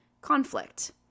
conflict